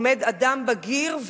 עומד אדם בגיר,